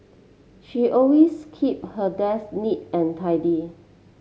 she always keep her desk neat and tidy